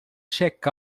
check